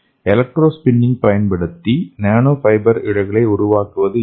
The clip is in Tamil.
எலக்ட்ரோ ஸ்பின்னிங் பயன்படுத்தி நானோ ஃபைபர்களை உருவாக்குவது எப்படி